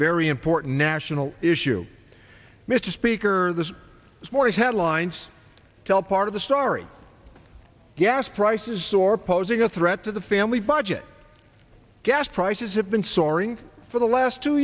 very important national issue mr speaker this is more headlines tell part of the story gas prices soar posing a threat to the family budget gas prices have been soaring for the last two